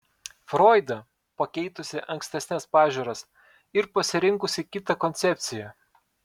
froidą pakeitusi ankstesnes pažiūras ir pasirinkusį kitą koncepciją